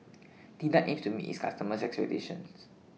Tena aims to meet its customers' expectations